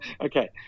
Okay